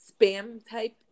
spam-type